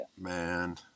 man